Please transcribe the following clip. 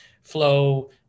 flow